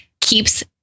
keeps